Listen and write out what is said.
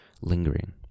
lingering